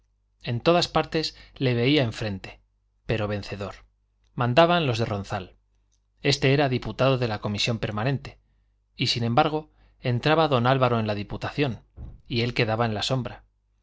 en todas partes le veía enfrente pero vencedor mandaban los de ronzal este era diputado de la comisión permanente y sin embargo entraba don álvaro en la diputación y él quedaba en la sombra